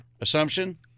assumption